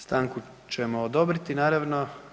Stanku ćemo odobriti naravno.